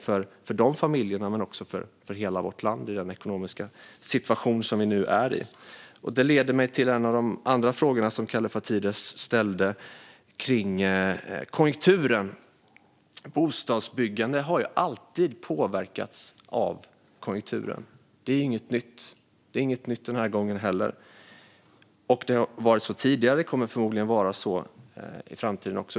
Det gäller de familjerna men också hela vårt land i den ekonomiska situation vi nu är i. Det leder mig till en av de andra frågorna som Kallifatides ställde, nämligen den om konjunkturen. Bostadsbyggande har ju alltid påverkats av konjunkturen. Det är inget nytt, och det är inget nytt den här gången heller. Det har varit så tidigare och kommer förmodligen att vara så även i framtiden.